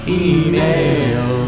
email